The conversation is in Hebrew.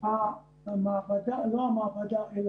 ואנחנו מתחילים בדיון מעקב על